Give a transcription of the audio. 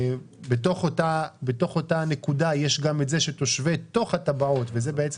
בתוך אותה נקודה יש גם את זה שתושבי תוך הטבעות וזאת בעצם